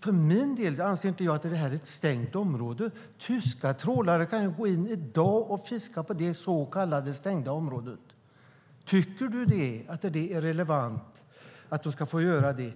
För min del anser inte jag att detta är ett stängt område. Tyska trålare kan ju gå in i dag och fiska på det så kallade stängda området. Tycker Staffan Danielsson att de ska få göra det?